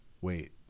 wait